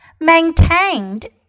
maintained